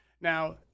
Now